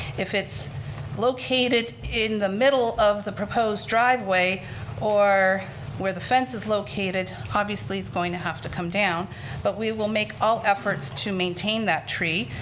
if it's located in the middle of the proposed driveway or where the fence is located, obviously it's going to have to come down but we will make all efforts to maintain that tree